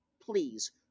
please